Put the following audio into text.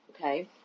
okay